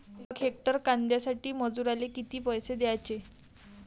यक हेक्टर कांद्यासाठी मजूराले किती पैसे द्याचे?